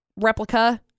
replica